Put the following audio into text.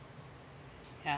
yeah